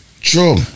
True